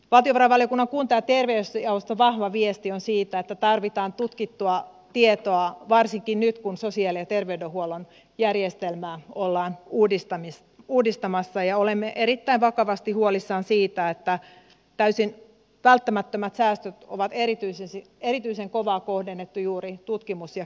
valtiovarainvaliokunnan kunta ja terveysjaoston vahva viesti on että tarvitaan tutkittua tietoa varsinkin nyt kun sosiaali ja terveydenhuollon järjestelmää ollaan uudistamassa ja olemme erittäin vakavasti huolissamme siitä että täysin välttämättömät säästöt on erityisen kovaa kohdennettu juuri tutkimus ja kehittämistoimintaan